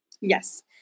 Yes